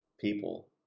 people